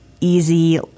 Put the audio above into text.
easy –